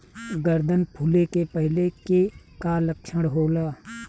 गर्दन फुले के पहिले के का लक्षण होला?